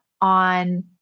on